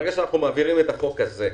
ברגע שאנחנו מעבירים את החוק הזה,